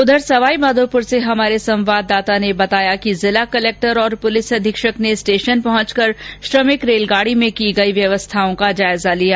उधर सवाईमाधोपुर से हमारे संवाददाता ने बताया कि जिला कलेक्टर और पुलिस अधीक्षक ने स्टेशन पहुंचकर श्रमिक रेलगाड़ी में की गई व्यवस्थाओं का जायजा लिया